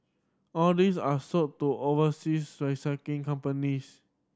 all these are sold to overseas recycling companies